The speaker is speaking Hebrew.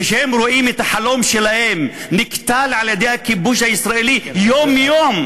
כשהם רואים את החלום שלהם נקטל על-ידי הכיבוש הישראלי יום-יום,